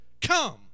come